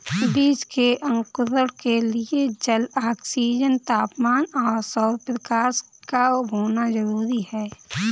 बीज के अंकुरण के लिए जल, ऑक्सीजन, तापमान और सौरप्रकाश का होना जरूरी है